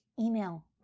email